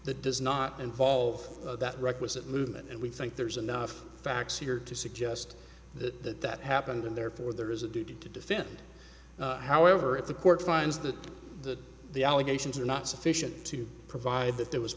that does not involve that requisite movement and we think there's enough facts here to suggest that that happened and therefore there is a duty to defend however if the court finds that the the allegations are not sufficient to provide that there was